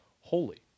holy